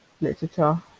Literature